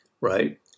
right